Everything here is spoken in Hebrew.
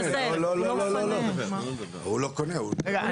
הוא לא קונה, הוא